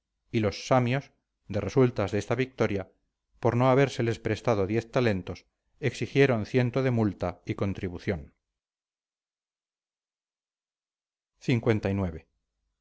y los samios de resultas de esta victoria por no habérseles prestado diez talentos exigieron ciento de multa y contribución lix